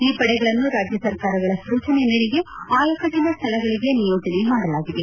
ಈ ಪಡೆಗಳನ್ನು ರಾಜ್ಯ ಸರ್ಕಾರಗಳ ಸೂಜನೆ ಮೇರೆಗೆ ಆಯಕಟ್ಟಿನ ಸ್ವಳಗಳಿಗೆ ನಿಯೋಜನೆ ಮಾಡಲಾಗಿದೆ